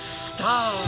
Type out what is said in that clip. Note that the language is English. star